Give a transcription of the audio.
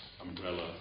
umbrella